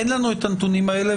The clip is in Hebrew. אין לנו את הנתונים האחרים,